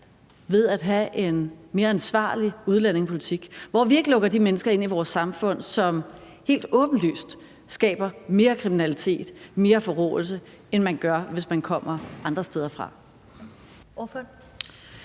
ved at have en mere ansvarlig udlændingepolitik, hvor vi ikke lukker de mennesker ind i vores samfund, som helt åbenlyst skaber mere kriminalitet og mere forråelse, end man gør, hvis man kommer andre steder fra?